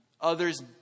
others